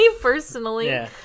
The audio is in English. personally